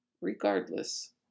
Regardless